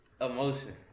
Emotion